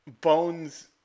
Bones